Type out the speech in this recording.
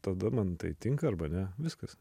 tada man tai tinka arba ne viskas